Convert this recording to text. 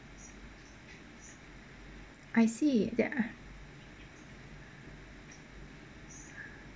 I see there are